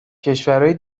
کشورای